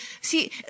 See